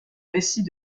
récits